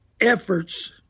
efforts